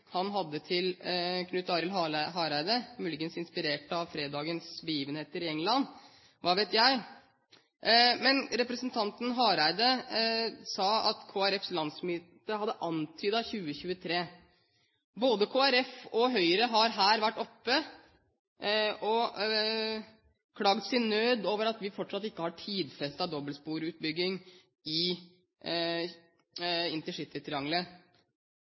han hadde til Knut Arild Hareide – muligens inspirert av fredagens begivenheter i England, hva vet jeg. Men representanten Hareide sa at Kristelig Folkepartis landsmøte hadde antydet 2023. Både Kristelig Folkeparti og Høyre har her vært oppe og klagd sin nød over at vi fortsatt ikke har tidfestet dobbeltsporutbygging i